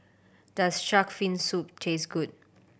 does shark fin soup taste good